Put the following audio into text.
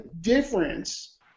difference